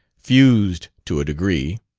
fused to a degree.